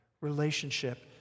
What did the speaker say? relationship